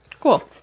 cool